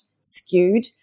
skewed